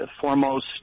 foremost